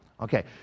Okay